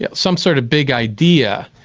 yeah some sort of big idea.